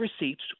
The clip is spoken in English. receipts